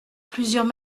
plusieurs